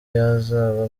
yazaba